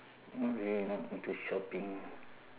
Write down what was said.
not really not into shopping